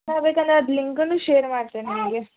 ಹಾಂ ಬೇಕಂದ್ರೆ ಅದು ಲಿಂಕನ್ನು ಶೇರ್ ಮಾಡ್ತೀನಿ ನಿಮಗೆ